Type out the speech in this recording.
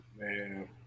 Man